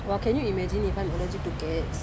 well can you imagine if I'm allergic to cats